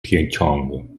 pyeongchang